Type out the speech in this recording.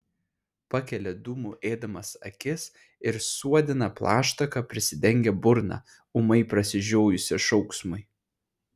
pakelia dūmų ėdamas akis ir suodina plaštaka prisidengia burną ūmai prasižiojusią šauksmui